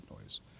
noise